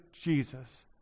Jesus